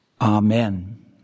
Amen